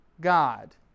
God